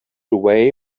away